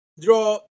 draw